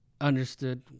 understood